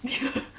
near